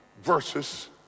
versus